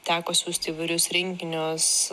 teko siųsti įvairius rinkinius